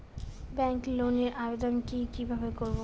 Bank লোনের আবেদন কি কিভাবে করব?